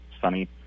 sunny